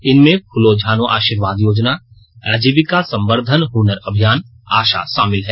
इनमें फूलो झानो आशीयोंद योजना आजीविका संबर्द्वन हनर अभियान आशा शामिल है